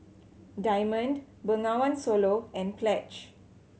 Diamond Bengawan Solo and Pledge